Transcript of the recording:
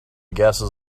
gases